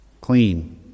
clean